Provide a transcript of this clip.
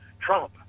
Trump